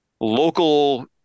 local